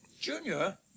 Junior